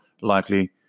likely